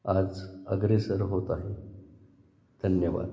आज अग्रेसर होत आहे धन्यवाद